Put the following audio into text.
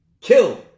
Kill